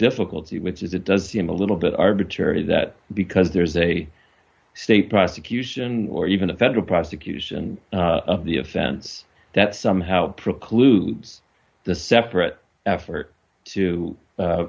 difficulty which is it does seem a little bit arbitrary that because there's a state prosecution or even a federal prosecution of the offense that somehow precludes the separate effort to